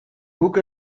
guk